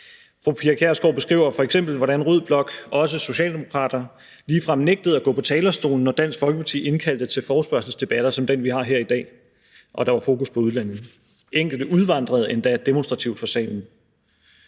Fru Pia Kjærsgaard beskriver f.eks., hvordan rød blok, også socialdemokrater, ligefrem nægtede at gå på talerstolen, når Dansk Folkeparti indkaldte til forespørgselsdebatter som den, vi har her i dag, og der var fokus på udlændinge. Enkelte udvandrede endda demonstrativt fra salen.